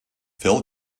phil